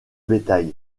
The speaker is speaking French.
bétail